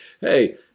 hey